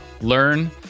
learn